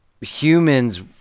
Humans